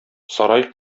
сарай